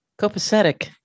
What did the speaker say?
copacetic